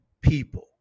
people